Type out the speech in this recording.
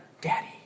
daddy